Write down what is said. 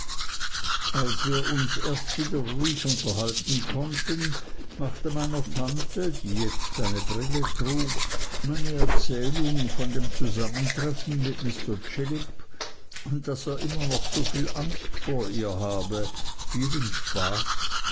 als wir uns erst wieder ruhig unterhalten konnten machte meiner tante die jetzt eine brille trug meine erzählung von dem zusammentreffen mit mr chillip und daß er immer noch soviel angst vor ihr habe vielen spaß